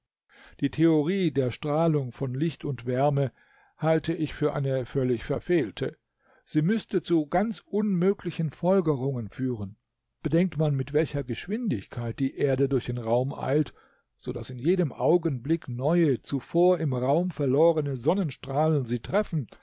die theorie der strahlung von licht und wärme halte ich für eine völlig verfehlte sie müßte zu ganz unmöglichen folgerungen führen bedenkt man mit welcher geschwindigkeit die erde durch den raum eilt so daß in jedem augenblick neue zuvor im raum verlorene sonnenstrahlen sie treffen